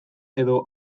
edo